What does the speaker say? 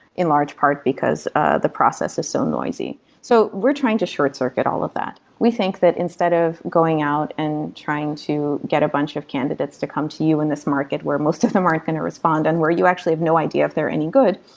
in large part because ah the process is so noisy so we're trying to short-circuit all of that. we think that instead of going out and trying to get a bunch of candidates to come to you in this market where most of them aren't going to respond and where you actually have no idea if they're any good,